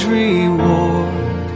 reward